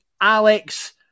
Alex